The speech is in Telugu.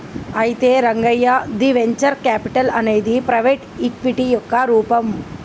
అయితే రంగయ్య ది వెంచర్ క్యాపిటల్ అనేది ప్రైవేటు ఈక్విటీ యొక్క రూపం